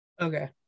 Okay